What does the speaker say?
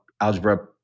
algebra